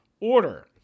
order